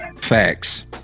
Facts